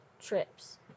trips